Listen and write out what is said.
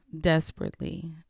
desperately